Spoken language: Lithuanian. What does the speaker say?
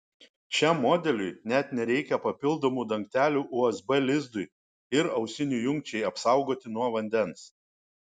šiam modeliui net nereikia papildomų dangtelių usb lizdui ir ausinių jungčiai apsaugoti nuo vandens